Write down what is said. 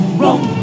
wrong